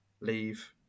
leave